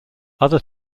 other